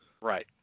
Right